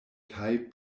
kaj